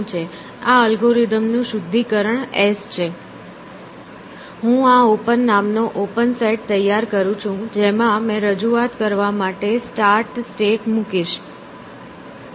આ અલ્ગોરિધમ નું શુદ્ધિકરણ 's' છે હું આ ઓપન નામનો ઓપન સેટ તૈયાર કરું છું જેમાં મેં શરૂઆત કરવા માટે સ્ટાર્ટ સ્ટેટ મુકીશ